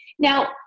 Now